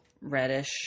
reddish